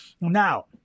Now